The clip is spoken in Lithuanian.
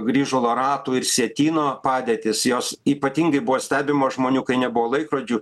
grįžulo ratų ir sietyno padėtys jos ypatingai buvo stebimos žmonių kai nebuvo laikrodžių